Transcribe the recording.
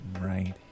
Right